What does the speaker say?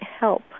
help